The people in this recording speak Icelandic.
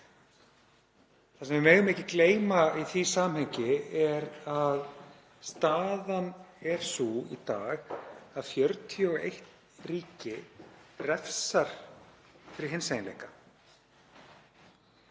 Það sem við megum ekki gleyma í því samhengi er að staðan er sú í dag að 41 ríki refsar fyrir hinseginleika.